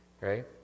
right